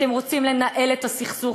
אתם רוצים לנהל את הסכסוך,